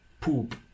poop